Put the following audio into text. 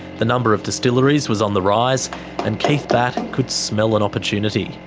the number of distilleries was on the rise and keith batt and could smell an opportunity.